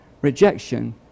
rejection